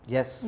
Yes